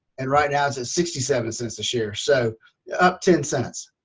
and right now sixty seven cents a share, so up ten cents.